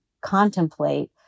contemplate